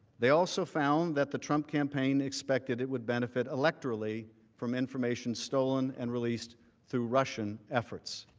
they also found that the trump campaign expected it would benefit electorally from information stolen and released through russian efforts.